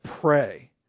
pray